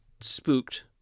spooked